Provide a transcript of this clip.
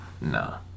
Nah